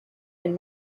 and